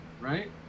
right